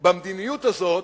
במדיניות הזאת,